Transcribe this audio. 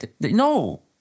No